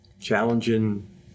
challenging